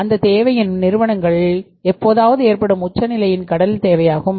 அந்தத் தேவையின் நிறுவனங்களின் எப்போதாவது ஏற்படும் உச்ச நிலையில் கடன் தேவையாகும்